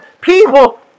people